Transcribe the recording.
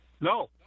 No